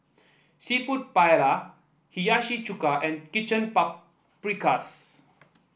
seafood Paella Hiyashi Chuka and Chicken Paprikas